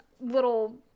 little